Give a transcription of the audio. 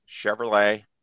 Chevrolet